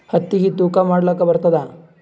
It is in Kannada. ಹತ್ತಿಗಿ ತೂಕಾ ಮಾಡಲಾಕ ಬರತ್ತಾದಾ?